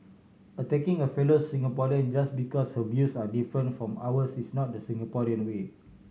attacking a fellow Singaporean just because her views are different from ours is not the Singaporean way